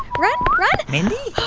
run, run mindy?